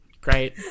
great